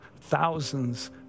thousands